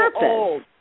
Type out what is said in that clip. old